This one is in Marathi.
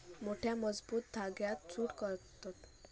मोठ्या, मजबूत धांग्यांत जूट काततत